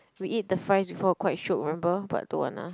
we eat the fries before quite shiok remember but don't want ah